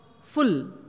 full